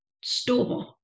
store